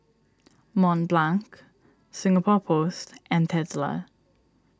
Mont Blanc Singapore Post and Tesla